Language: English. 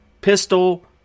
pistol